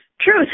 Truth